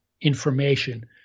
information